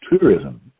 tourism